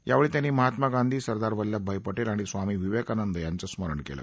यावेळी त्यांनी महात्मा गांधी सरदार वल्लभभाई पटेल आणि स्वामी विवेकानंद यांचं स्मरण केलं